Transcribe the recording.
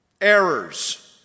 errors